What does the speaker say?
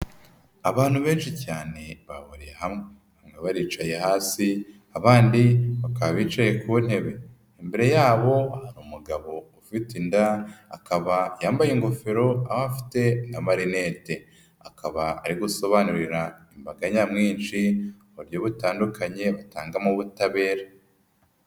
Abantu benshi cyane bahuriye hamwe, bamwe baricaye hasi abandi bakaba bicaye ku ntebe, imbere yabo hari umugabo ufite inda akaba yambaye ingofero aho afite n'amarinete, akaba ari gusobanurira imbaga nyamwinshi uburyo butandukanye batangamo ubutabera.